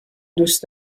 دوست